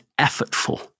effortful